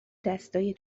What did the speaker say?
دستای